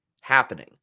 happening